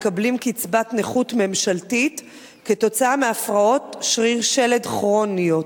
מקבלים קצבת נכות ממשלתית כתוצאה מהפרעות שריר-שלד כרוניות.